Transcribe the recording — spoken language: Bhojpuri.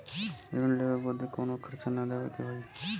ऋण लेवे बदे कउनो खर्चा ना न देवे के होई?